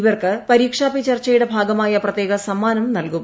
ഇവർക്ക് പരീക്ഷാ പേ ചർച്ചയുടെ ഭാഗമായ്ക് പ്രത്യേക സമ്മാനം നൽകും